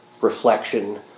reflection